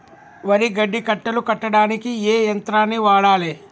వరి గడ్డి కట్టలు కట్టడానికి ఏ యంత్రాన్ని వాడాలే?